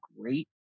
great